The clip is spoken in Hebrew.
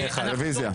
רביזיה.